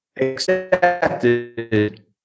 accepted